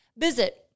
Visit